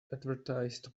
advertised